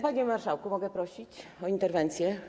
Panie marszałku, mogę prosić o interwencję?